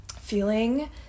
feeling